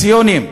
קואליציוניים,